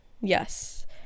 Yes